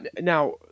Now